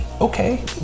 okay